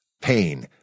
Pain